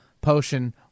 potion